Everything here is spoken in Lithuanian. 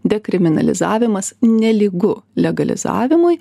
dekriminalizavimas nelygu legalizavimui